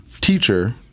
teacher